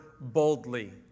boldly